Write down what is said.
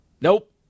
Nope